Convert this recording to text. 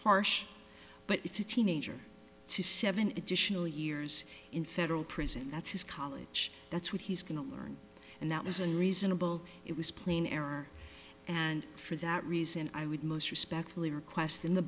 harsh but it's a teenager seven additional years in federal prison that's his college that's what he's going to learn and that was a reasonable it was plain error and for that reason i would most respectfully request in the